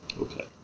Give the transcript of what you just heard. Okay